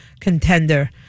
contender